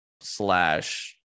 slash